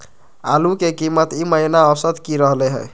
आलू के कीमत ई महिना औसत की रहलई ह?